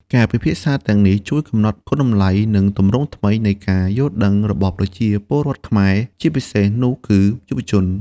ការពិភាក្សាទាំងនេះជួយកំណត់គុណតម្លៃ និងទម្រង់ថ្មីនៃការយល់ដឹងរបស់ប្រជាពលរដ្ឋខ្មែរ ជាពិសេសនោះគឺយុវជន។